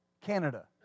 Canada